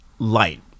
Light